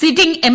sitting M